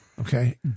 Okay